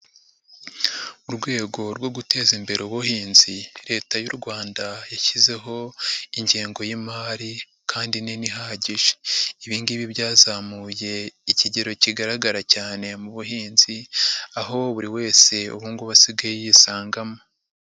Mu rwego rwo guteza imbere ubuhinzi Leta y'u Rwanda yashyizeho ingengo y'imari kandi nini ihagije. Ibi ngibi byazamuye ikigero kigaragara cyane mu buhinzi aho buri wese ubu ngubu asigaye yisangamo.